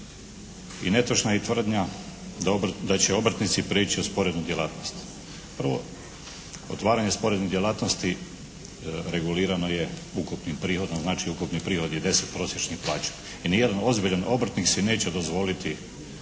i netočna je i tvrdnja da će obrtnici prijeći u sporednu djelatnost. Prvo, otvaranje sporednih djelatnosti regulirano je ukupnim prihodom, znači ukupni prihod je 10 prosječnih plaća i ni jedan ozbiljan obrtnik si neće dozvoliti